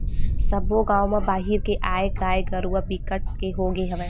सब्बो गाँव म बाहिर के आए गाय गरूवा बिकट के होगे हवय